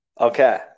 Okay